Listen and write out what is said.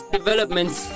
developments